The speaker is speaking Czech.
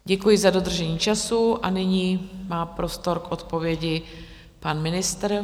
Děkuji za dodržení času a nyní má prostor k odpovědi pan ministr.